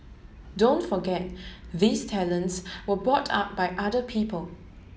don't forget these talents were brought up by other people